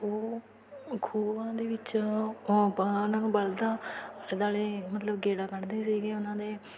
ਉਹ ਖੂਹਾਂ ਦੇ ਵਿੱਚ ਬ ਉਹਨਾਂ ਨੂੰ ਬਲਦਾਂ ਬਲਦ ਆਲੇ ਮਤਲਬ ਗੇੜਾ ਕੱਢਦੇ ਸੀਗੇ ਉਹਨਾਂ ਦੇ